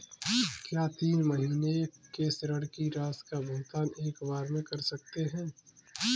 क्या तीन महीने के ऋण की राशि का भुगतान एक बार में कर सकते हैं?